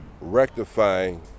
rectifying